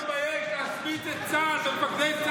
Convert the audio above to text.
תגיד לי, אתה לא מתבייש